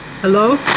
Hello